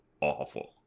awful